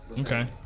Okay